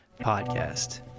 Podcast